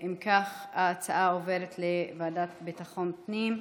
אם כך, ההצעה עוברת לוועדה לביטחון הפנים.